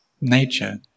nature